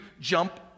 jump